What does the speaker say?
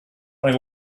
may